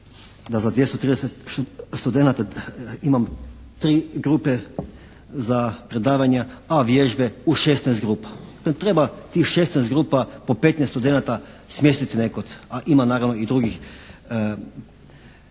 da za 230 studenata imam tri grupe za predavanja a vježbe u 16 grupa. Treba tih 16 grupa po 15 studenata smjestiti nekuda a ima naravno i drugih